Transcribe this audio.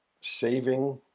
saving